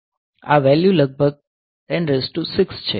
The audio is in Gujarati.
આ વેલ્યુ લગભગ 106 છે આ 106 છે